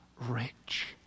rich